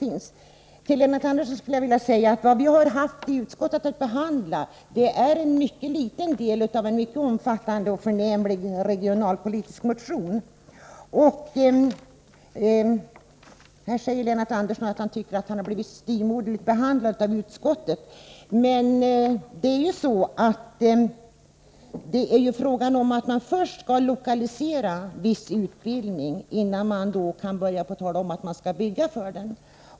Till Lennart Andersson vill jag säga att vi i utskottet har haft att behandla en mycket liten del av en omfattande och förnämlig regionalpolitisk motion. Lennart Andersson tycker att han har blivit styvmoderligt behandlad av utskottet. Men man måste ju först lokalisera viss utbildning innan man kan tala om att börja bygga för den.